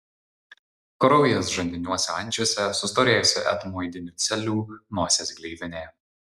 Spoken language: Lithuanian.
kraujas žandiniuose ančiuose sustorėjusi etmoidinių celių nosies gleivinė